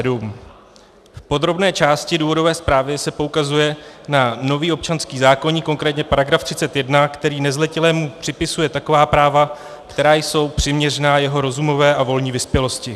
V podrobné části důvodové zprávy se poukazuje na nový občanský zákoník, konkrétně § 31, který nezletilému připisuje taková práva, která jsou přiměřená jeho rozumové a volní vyspělosti.